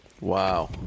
Wow